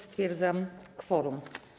Stwierdzam kworum.